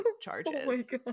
charges